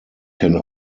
can